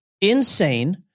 Insane